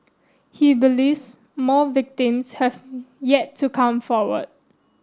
he believes more victims have yet to come forward